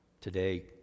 today